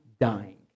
dying